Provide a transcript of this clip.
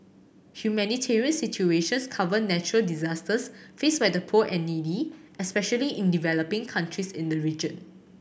humanitarian situations cover natural disasters faced by the poor and needy especially in developing countries in the region